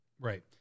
Right